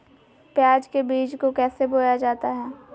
प्याज के बीज को कैसे बोया जाता है?